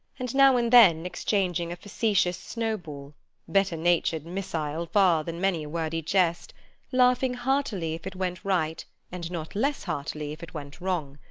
and now and then exchanging a facetious snowball better-natured missile far than many a wordy jest laughing heartily if it went right and not less heartily if it went wrong.